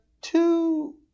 two